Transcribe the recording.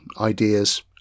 ideas